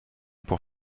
pour